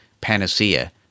panacea